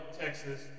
Texas